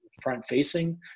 front-facing